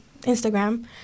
Instagram